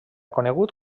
conegut